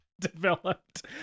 developed